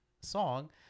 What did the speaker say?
song